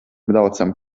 braucam